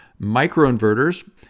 microinverters